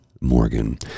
Morgan